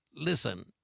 Listen